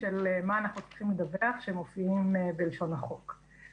אני כן יכולה להגיד שכן מעניין